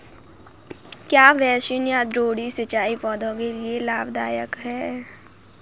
क्या बेसिन या द्रोणी सिंचाई पौधों के लिए लाभदायक है?